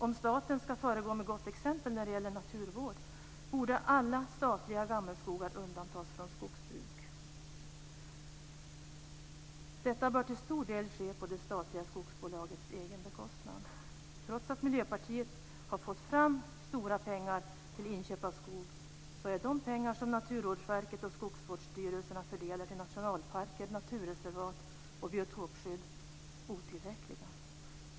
Om staten ska föregå med gott exempel när det gäller naturvård borde alla statliga gammelskogar undantas från skogsbruk. Detta bör till stor del ske på det statliga skogsbolagets egen bekostnad. Trots att Miljöpartiet har fått fram stora pengar till inköp av skog är de pengar som Naturvårdsverket och skogsvårdsstyrelserna fördelar till nationalparker, naturreservat och biotopskydd otillräckliga.